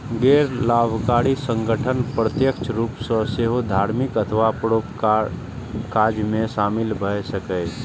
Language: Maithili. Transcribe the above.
गैर लाभकारी संगठन प्रत्यक्ष रूप सं सेहो धार्मिक अथवा परोपकारक काज मे शामिल भए सकैए